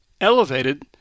elevated